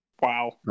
Wow